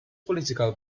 political